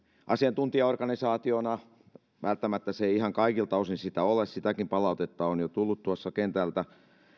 asiantuntijaorganisaationa välttämättä se ei ihan kaikilta osin sitä ole sitäkin palautetta on jo tullut tuossa kentältä